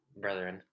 brethren